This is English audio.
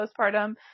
postpartum